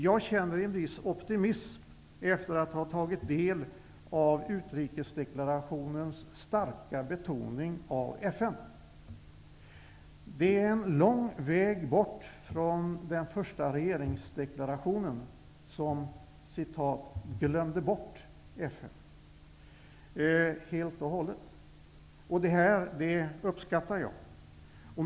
Jag känner en viss optimism efter att ha tagit del av utrikesdeklarationens starka betoning av FN. Det är en lång väg bort från den första regeringsdeklarationen där man ''glömde bort'' FN helt och hållet. Det uppskattar jag.